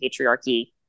patriarchy